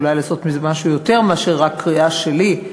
אולי לעשות מזה משהו יותר מאשר רק קריאה שלי.